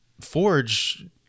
Forge